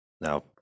Now